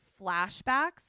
flashbacks